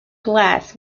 class